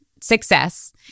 success